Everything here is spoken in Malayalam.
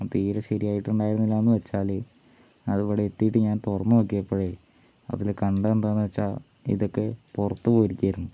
തീരെ ശരിയായിട്ടുണ്ടായിരുന്നില്ല എന്ന് വെച്ചാല് അത് ഇവിടെ എത്തിയിട്ട് ഞാൻ തുറന്ന് നോക്കിയപ്പഴേ അതിൽ കണ്ടത് എന്താന്ന് വെച്ചാ ഇതൊക്കെ പുറത്ത് പോയിരിക്കയായിരുന്നു